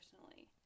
personally